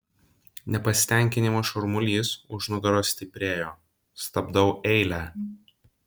nepasitenkinimo šurmulys už nugaros stiprėjo stabdau eilę